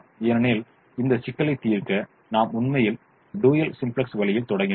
ஏனெனில் இந்த சிக்கலை தீர்க்க நாம் உண்மையில் டூயல் சிம்ப்ளக்ஸ் வழியில் தொடங்கினோம்